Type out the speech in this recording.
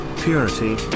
purity